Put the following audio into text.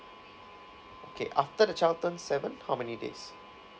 okay after the child turns seven how many days